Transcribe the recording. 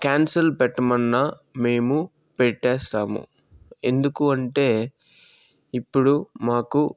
cancel పెట్టమన్న మేము పెటేస్తాము ఎందుకు అంటే ఇప్పుడు మాకు